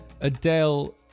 Adele